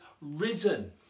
risen